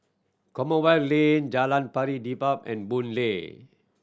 Commonwealth Lane Jalan Pari Dedap and Boon Lay